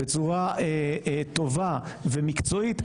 בצורה טובה ומקצועית,